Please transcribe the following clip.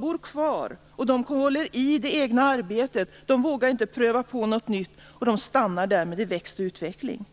bor kvar, håller fast vid sitt arbete och vågar inte pröva på något nytt. De stannar därmed i växt och utveckling.